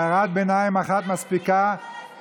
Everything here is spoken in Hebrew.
הערת ביניים אחת מספיקה.